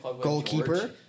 goalkeeper